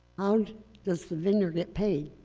and does the vendor get paid?